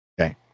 Okay